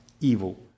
evil